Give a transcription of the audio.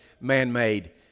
man-made